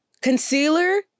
concealer